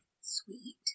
sweet